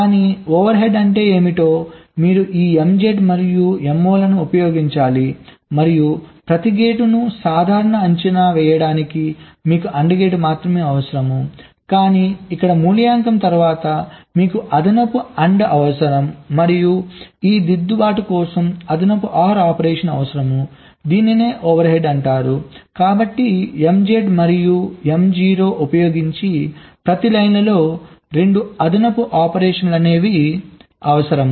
కానీ overhead ఏమిటంటే మీరు ఈ MZ మరియు Mo లను ఉపయోగించాలి మరియు ప్రతి గేటును సాధారణంగా అంచనా వేయడానికి మీకు AND గేట్ మాత్రమే అవసరం కానీ ఇక్కడ మూల్యాంకనం తర్వాత కూడా మీకు అదనపు AND అవసరం మరియు ఈ దిద్దుబాటు కోసం అదనపు OR ఆపరేషన్ అవసరం ఇది ఓవర్ హెడ్ కాబట్టి MZ మరియు Mo ఉపయోగించి ప్రతి లైన్లో 2 అదనపు ఆపరేషన్లు అవసరం